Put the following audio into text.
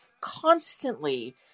constantly